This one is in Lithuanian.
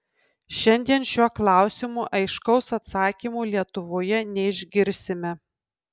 šiandien šiuo klausimu aiškaus atsakymo lietuvoje neišgirsime